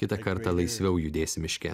kitą kartą laisviau judėsi miške